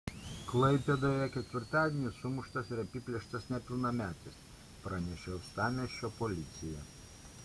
klaipėdoje ketvirtadienį sumuštas ir apiplėštas nepilnametis pranešė uostamiesčio policija